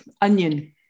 onion